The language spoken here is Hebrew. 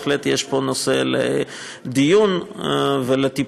בהחלט יש פה נושא לדיון ולטיפול.